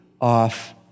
off